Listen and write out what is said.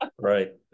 right